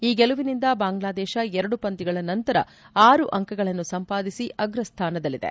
ಈ ಗೆಲುವಿನಿಂದ ಬಾಂಗ್ಲಾ ದೇಶ ಎರಡು ಪಂದ್ಯಗಳ ನಂತರ ಆರು ಅಂಕಗಳನ್ನು ಸಂಪಾದಿಸಿ ಅಗ್ರಸ್ಥಾನದಲ್ಲಿದೆ